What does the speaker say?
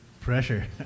Pressure